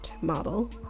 model